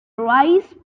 rice